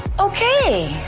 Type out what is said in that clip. okay.